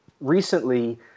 recently